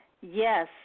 Yes